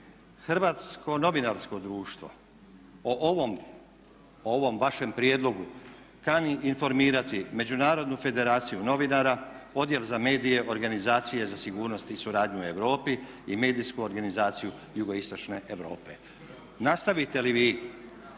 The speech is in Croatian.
Hrvatsko novinarsko društvo o ovom vašem prijedlogu kani informirati Međunarodnu federaciju novinara, Odjel za medije, organizacije za sigurnost i suradnju u Europi i Medijsku organizaciju jugoistočne europe. Nastavite li vi